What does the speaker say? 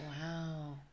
wow